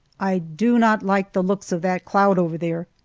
i do not like the looks of that cloud over there!